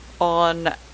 on